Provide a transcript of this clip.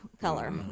color